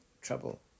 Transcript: trouble